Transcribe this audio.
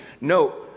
No